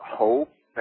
hope